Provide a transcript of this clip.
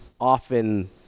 often